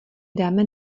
dáme